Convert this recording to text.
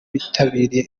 bitabiriye